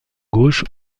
gauche